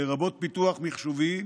לרבות פיתוח מחשובי,